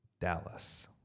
Dallas